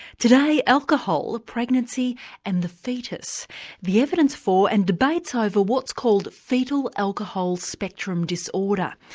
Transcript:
today, alcohol, pregnancy and the foetus the evidence for and debates over what's called foetal alcohol spectrum disorder.